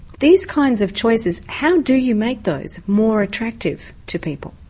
these kinds of choices how do you make those more attractive to people?